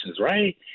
right